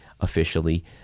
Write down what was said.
officially